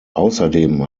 außerdem